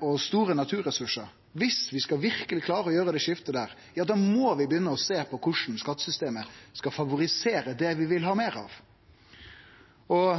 og store naturressursar – dersom vi verkeleg skal klare å gjere det skiftet, må vi begynne å sjå på korleis skattesystemet skal favorisere det vi vil ha meir av.